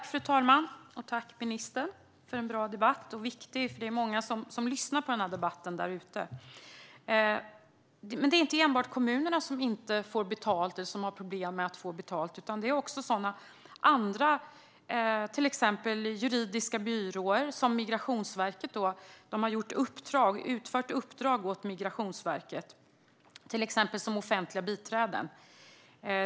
Fru talman! Tack, ministern, för en bra och viktig debatt! Det är många som lyssnar på den där ute. Men det är inte enbart kommunerna som inte får betalt eller som har problem med detta. Det handlar också om andra, till exempel juridiska byråer som har utfört uppdrag åt Migrationsverket, exempelvis som offentliga biträden.